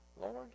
Lord